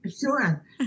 Sure